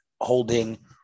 holding